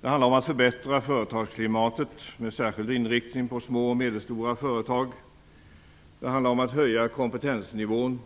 Det handlar om att förbättra företagsklimatet med särskild inriktning på små och medelstora företag. Det handlar om att höja kompetensnivån.